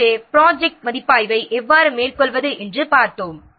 எனவே ப்ராஜெக்ட் மதிப்பாய்வை எவ்வாறு மேற்கொள்வது என்று பார்த்தோம்